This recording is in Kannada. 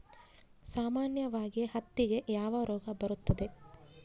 ಸಾಮಾನ್ಯವಾಗಿ ಹತ್ತಿಗೆ ಯಾವ ರೋಗ ಬರುತ್ತದೆ?